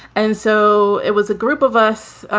and so it was a group of us,